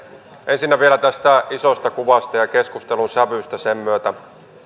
ensinnä vielä tästä isosta kuvasta ja keskustelun sävystä sen myötä kun